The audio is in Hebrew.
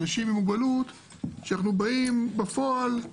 אנשים עם מוגבלות שבאים בפועל,